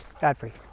Godfrey